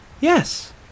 Yes